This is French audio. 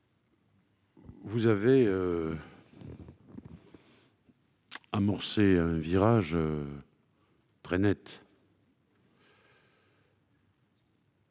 vous avez amorcé un virage très net